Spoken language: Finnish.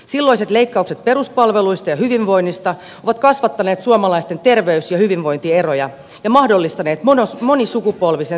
silloiset leikkaukset peruspalveluista ja hyvinvoinnista ovat kasvattaneet suomalaisten terveys ja hyvinvointieroja ja mahdollistaneet monisukupolvisen syrjäytymiskehityksen